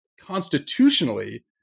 constitutionally